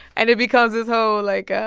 and it becomes this whole, like, ah